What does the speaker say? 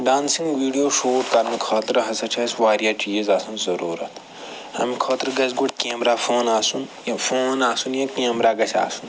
dancing video shoot کرنہٕ خٲطرٕ ہسا چھِ اَسہِ وارِیاہ چیٖز آسن ضُروٗرتھ اَمہِ خٲطرٕ گَژھِ گۄڈٕ کیمرا فون آسُن یا فون آسُن یا کیمرا گَژھِ آسُن